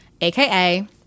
aka